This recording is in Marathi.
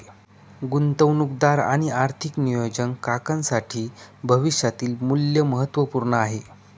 गुंतवणूकदार आणि आर्थिक नियोजन काकांसाठी भविष्यातील मूल्य महत्त्वपूर्ण आहे